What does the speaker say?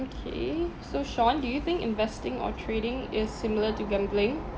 okay so sean do you think investing or trading is similar to gambling